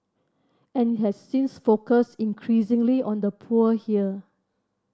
any has since focused increasingly on the poor here